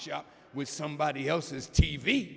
shop with somebody else's t